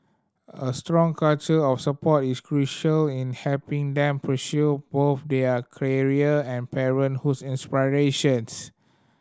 a strong culture of support is crucial in helping them pursue both their career and parenthood aspirations